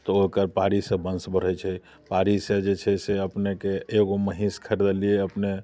तऽ ओकर पाड़ीसँ वंश बढ़ै छै पाड़ीसँ जे छै से अपनेके एगो महींस खरदलियै अपने